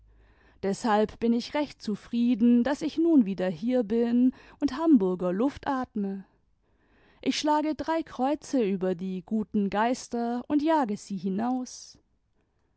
deshalb bin ich recht zufrieden daß ich nun wieder hier bin und hamburger luft atme ich schlage drei kreuze über die gten geister und jage sie hinaus